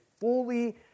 fully